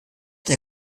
der